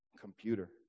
computer